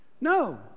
No